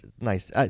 nice